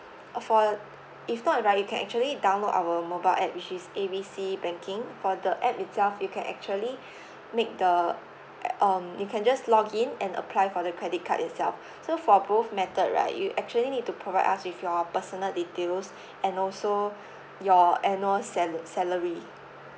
uh for if not right you can actually download our mobile app which is A B C banking for the app itself you can actually make the um you can just login and apply for the credit card itself so for both method right you actually need to provide us with your personal details and also your annual sala~ salary